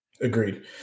Agreed